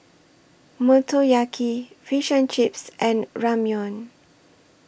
Motoyaki Fish and Chips and Ramyeon